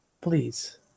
Please